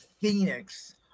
Phoenix